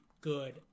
good